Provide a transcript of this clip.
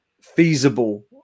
feasible